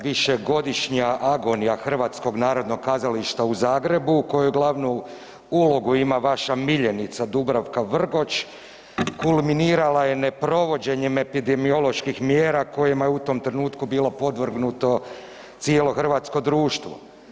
Višegodišnja agonija HNK u Zagrebu koju glavnu ulogu ima vaša miljenica Dubravka Vrgoč kulminirala je ne provođenjem epidemioloških mjera kojima je u tom trenutku bilo podvrgnuto cijelo hrvatsko društvo.